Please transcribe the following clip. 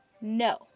no